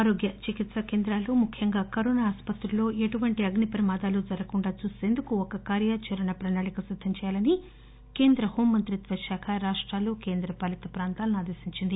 ఆరోగ్య చికిత్సా కేంద్రాలు ముఖ్యంగా కరోనా ఆస్పత్రుల్లో ఎటువంటి అగ్నిప్రమాదాలు జరగకుండా చూసేందుకు ఒక కార్యాచరణ ప్రణాళిక సిద్దం చేయాలని కేంద్ర హోం మంత్రిత్వ శాఖ రాష్టాలు కేంద్రపాలిత ప్రాంతాలను ఆదేశించింది